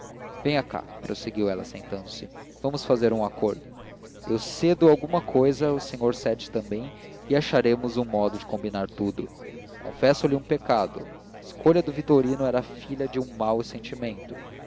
venha cá prosseguiu ela sentando-se vamos fazer um acordo eu cedo alguma cousa o senhor cede também e acharemos um modo de combinar tudo confesso-lhe um pecado a escolha do vitorino era filha de um mau sentimento